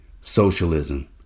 socialism